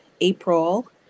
April